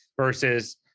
versus